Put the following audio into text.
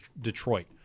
Detroit